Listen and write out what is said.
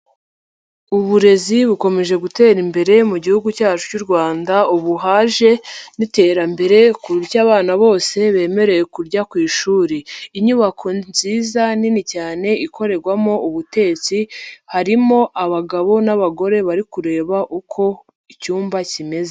Uburezi bukomeje gutera imbere mu gihugu cyacu cy'u Rwanda, ubu haje n'iterambere ku buryo abana bose bemerewe kurya ku ishuri. Inyubako nziza, nini cyane , ikorerwamo ubutetsi, harimo abagabo n'abagore bari kureba uko icyumba kimeze.